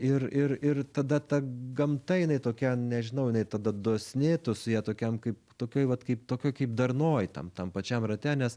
ir ir ir tada ta gamta jinai tokia nežinau jinai tada dosni tu su ja tokiam kaip tokioj vat kaip tokioj kaip darnoj tam tam pačiam rate nes